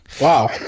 Wow